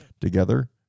together